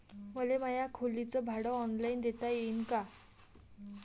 मले माया खोलीच भाड ऑनलाईन देता येईन का?